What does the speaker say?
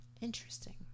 interesting